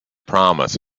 promise